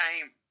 time